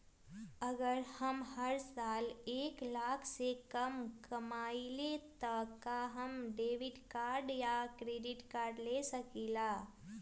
अगर हम हर साल एक लाख से कम कमावईले त का हम डेबिट कार्ड या क्रेडिट कार्ड ले सकीला?